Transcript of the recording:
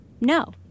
no